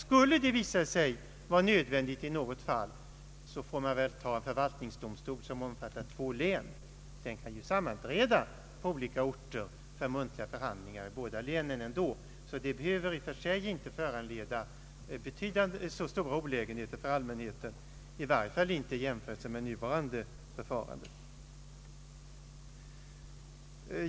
Skulle det visa sig vara nödvändigt i något fall, får man väl ha en förvaltningsdomstol som omfattar två län. Den kan ju sammanträda på olika orter för muntliga förhandlingar i båda länen ändå. Detta behöver inte föranleda så stora olägenheter för allmänheten, i varje fall inte i jämförelse med nuvarande förfarande.